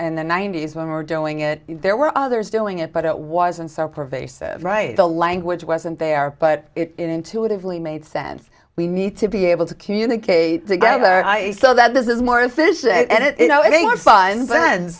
the ninety's when we were doing it there were others doing it but it wasn't so pervasive right the language wasn't there but it intuitively made sense we need to be able to communicate together so that this is more efficient and it was fun